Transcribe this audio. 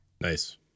Nice